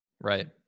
Right